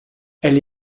elle